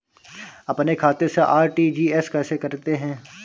अपने खाते से आर.टी.जी.एस कैसे करते हैं?